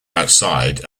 outside